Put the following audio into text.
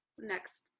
next